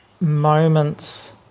moments